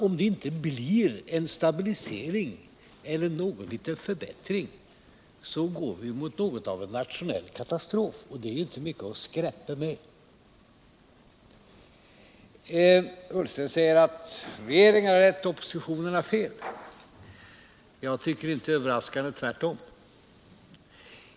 Om det inte blir en stabilisering eller någon liten förbättring, så går vi mot något av en nationell katastrof, och det är inte mycket att skräppa med. Ola Ullsten säger att regeringen har rätt, oppositionen har fel. Jag tycker, inte överraskande, tvärtom.